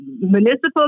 municipal